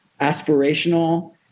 aspirational